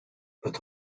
met